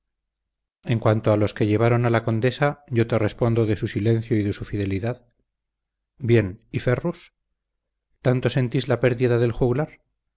en cuanto a los que llevaron a la condesa yo te respondo de su silencio y de su fidelidad bien y ferrus tanto sentís la pérdida del juglar